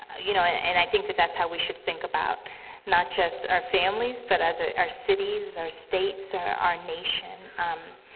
you know, and i think that that's how we should think about not just our families, but as a our cities, our states, our our nation. um,